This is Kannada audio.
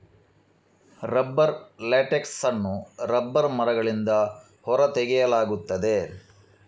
ರಬ್ಬರ್ ಲ್ಯಾಟೆಕ್ಸ್ ಅನ್ನು ರಬ್ಬರ್ ಮರಗಳಿಂದ ಹೊರ ತೆಗೆಯಲಾಗುತ್ತದೆ